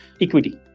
equity